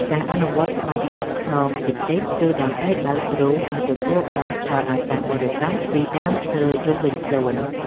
ការអនុវត្តក្បាច់ពត់ខ្នងតិចៗ គឺដើម្បីបើកទ្រូងឱ្យទទួលបានខ្យល់អាកាសបរិសុទ្ធពីដើមឈើជុំវិញខ្លួន។